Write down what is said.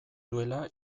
duela